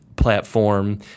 platform